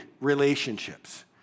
relationships